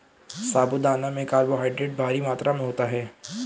साबूदाना में कार्बोहायड्रेट भारी मात्रा में होता है